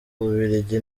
bubiligi